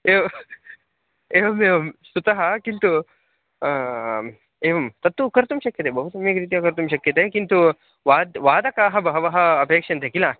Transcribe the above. एव एवमेवं श्रुतः किन्तु एवं तत्तु कर्तुं शक्यते बहु सम्यक् रीत्या कर्तुं शक्यते किन्तु वाद् वादकाः बहवः अपेक्षन्ते किल